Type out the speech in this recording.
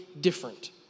different